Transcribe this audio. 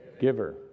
Giver